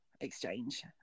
exchange